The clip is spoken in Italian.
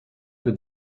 più